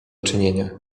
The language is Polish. czynienia